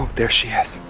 there she is,